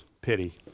pity